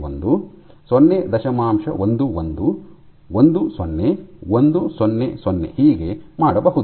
11 10 100 ಹೀಗೆ ಮಾಡಬಹುದು